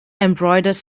embroidered